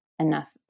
enough